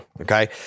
Okay